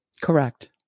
correct